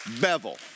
Bevel